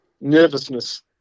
nervousness